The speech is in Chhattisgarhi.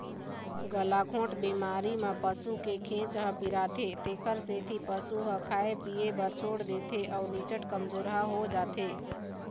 गलाघोंट बेमारी म पसू के घेंच ह पिराथे तेखर सेती पशु ह खाए पिए बर छोड़ देथे अउ निच्चट कमजोरहा हो जाथे